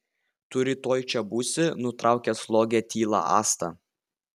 tu rytoj čia būsi nutraukė slogią tylą asta